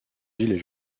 gilets